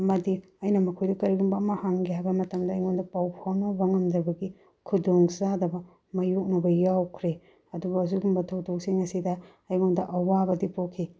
ꯑꯃꯗꯤ ꯑꯩꯅ ꯃꯈꯣꯏꯗ ꯀꯔꯤꯒꯨꯝꯕ ꯑꯃ ꯍꯪꯒꯦ ꯍꯥꯏꯕ ꯃꯇꯝꯗ ꯑꯩꯉꯣꯟꯗ ꯄꯥꯎ ꯐꯥꯎꯅꯕ ꯉꯝꯗꯕꯒꯤ ꯈꯨꯗꯣꯡ ꯆꯥꯗꯕ ꯃꯥꯏꯌꯣꯛꯅꯕ ꯌꯥꯎꯈ꯭ꯔꯦ ꯑꯗꯨꯕꯨ ꯑꯗꯨꯒꯨꯝꯕ ꯊꯧꯗꯣꯛꯁꯤꯡ ꯑꯁꯤꯗ ꯑꯩꯉꯣꯟꯗ ꯑꯋꯥꯕꯗꯤ ꯄꯣꯛꯈꯤ